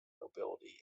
nobility